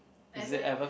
as in